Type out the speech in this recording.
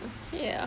ya